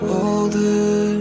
older